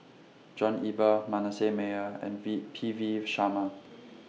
John Eber Manasseh Meyer and V P V Sharma